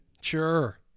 Sure